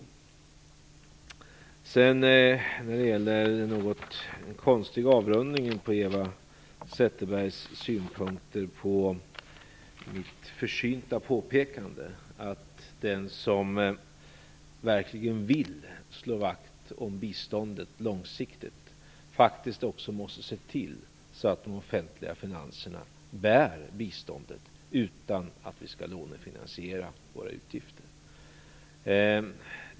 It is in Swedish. Eva Zetterberg gjorde en något konstig avrundning av sina synpunkter på mitt försynta påpekande att den som verkligen vill slå vakt om biståndet långsiktigt faktiskt också måste se till att de offentliga finanserna bär biståndet utan att vi lånefinansierar våra utgifter.